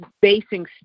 basing